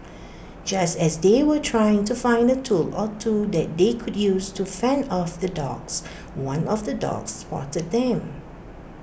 just as they were trying to find A tool or two that they could use to fend off the dogs one of the dogs spotted them